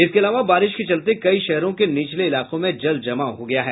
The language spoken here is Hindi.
इसके अलावा बारिश के चलते कई शहरों के निचले इलाकों में जल जमाव हो गया है